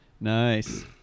Nice